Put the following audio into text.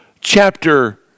chapter